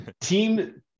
Team